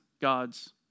God's